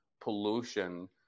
pollution